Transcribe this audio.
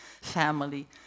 family